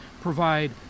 provide